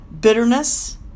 Bitterness